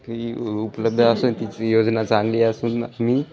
की उपलब्ध असून तीची योजना चांगली असून मी